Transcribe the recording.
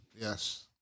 yes